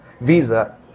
Visa